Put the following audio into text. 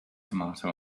tomato